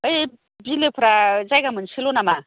बै बिलोफ्रा जायगा मोनसेल' नामा